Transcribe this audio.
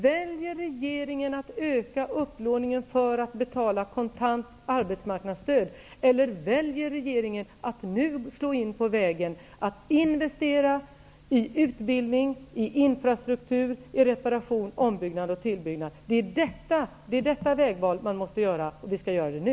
Väljer regeringen att öka upplåningen för att betala kontant arbetsmarknadsstöd, eller väljer regeringen att nu slå in på en väg som innebär investeringar i fråga om utbildning, infrastruktur, reparation, ombyggnad och tillbyggnad? Det är det vägvalet som måste göras, och det skall vi göra nu!